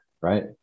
right